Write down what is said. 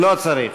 לא צריך.